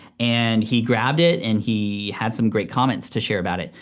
and he grabbed it and he had some great comments to share about it.